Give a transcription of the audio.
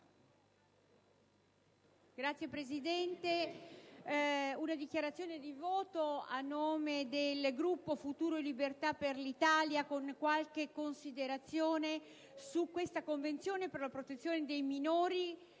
vorrei fare una dichiarazione di voto a nome del Gruppo Futuro e Libertà per l'Italia, con qualche considerazione su questa Convenzione per la protezione dei minori